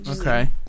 okay